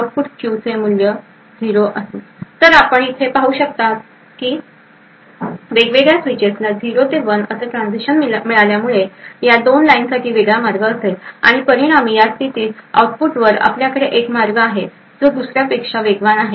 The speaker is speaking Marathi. तर आपण येथे पाहू शकता पाहतोय की वेगवेगळ्या स्विचेसला 0 ते 1 असे ट्रान्झिशन मिळाल्यामुळे या 2 लाईनसाठी वेगळा मार्ग मिळेल आणि परिणामी या स्थितीत आऊटपुटवर आपल्याकडे एक मार्ग आहे जो दुसर्यापेक्षा वेगवान आहे